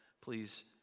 please